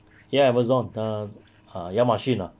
ya amazon err ah 亚马逊 ah